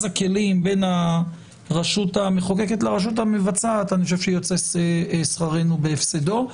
הכלים בין הרשות המחוקקת לרשות המבצעת אני חושב שיוצא שכרנו בהפסדו.